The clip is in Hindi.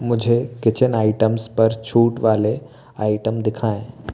मुझे किचन आइटम्स पर छूट वाले आइटम दिखाएँ